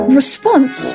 response